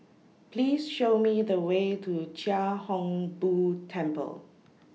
Please Show Me The Way to Chia Hung Boo Temple